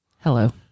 Hello